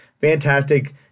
fantastic